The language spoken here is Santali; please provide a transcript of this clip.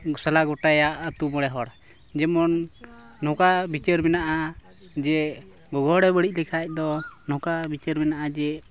ᱥᱟᱞᱟ ᱜᱚᱴᱟᱭᱟ ᱟᱹᱛᱩ ᱢᱚᱬᱮ ᱦᱚᱲ ᱡᱮᱢᱚᱱ ᱱᱚᱝᱠᱟ ᱵᱤᱪᱟᱹᱨ ᱢᱮᱱᱟᱜᱼᱟ ᱡᱮ ᱜᱚᱜᱚ ᱦᱚᱲᱮ ᱵᱟᱹᱲᱤᱡ ᱞᱮᱠᱷᱟᱱ ᱫᱚ ᱱᱚᱝᱠᱟ ᱵᱤᱪᱟᱹᱨ ᱢᱮᱱᱟᱜᱼᱟ ᱡᱮ